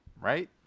Right